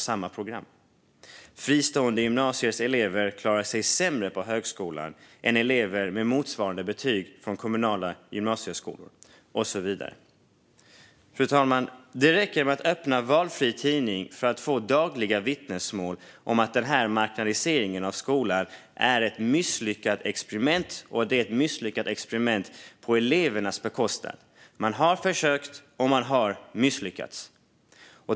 Elever från fristående gymnasier klarar sig sämre på högskolan än elever med motsvarande betyg från kommunala gymnasieskolor och så vidare. Fru talman! Det räcker med att öppna valfri tidning för att få dagliga vittnesmål om att marknadiseringen av skolan är ett misslyckat experiment, och det är ett misslyckat experiment på elevernas bekostnad. Man har försökt, och man har misslyckats.